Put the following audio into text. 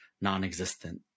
non-existent